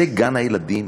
זה גן-הילדים?